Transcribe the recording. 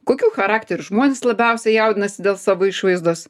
kokių charakterių žmonės labiausiai jaudinasi dėl savo išvaizdos